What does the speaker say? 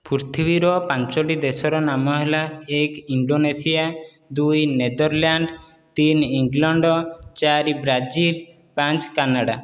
ପୃଥିବୀର ପାଞ୍ଚଟି ଦେଶର ନାମ ହେଲା ଏକ ଇଣ୍ଡୋନେସିଆ ଦୁଇ ନେଦରଲ୍ୟାଣ୍ଡ ତିନି ଇଂଲଣ୍ଡ ଚାରି ବ୍ରାଜିଲ ପାଞ୍ଚ କାନାଡ଼ା